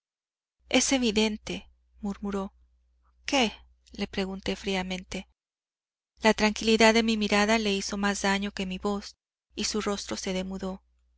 es evidente murmuró qué le pregunté fríamente la tranquilidad de mi mirada le hizo más daño que mi voz y su rostro se demudó